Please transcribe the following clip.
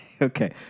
okay